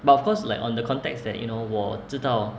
but of course like on the context that you know 我知道